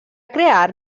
crear